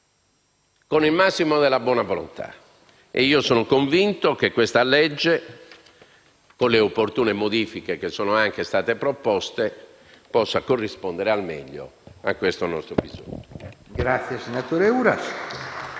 con il massimo della buona volontà. E sono convinto che questo provvedimento, con le opportune modifiche che sono state proposte, possa corrispondere al meglio a questo nostro bisogno.